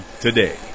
today